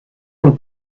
und